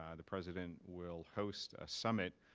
ah the president will host a summit,